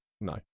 No